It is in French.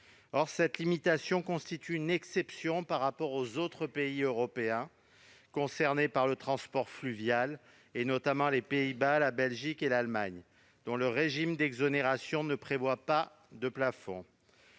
Cette limitation constitue une exception par rapport aux autres pays européens concernés par le transport fluvial, notamment les Pays-Bas, la Belgique et l'Allemagne, dont le régime d'exonération ne prévoit pas de plafond.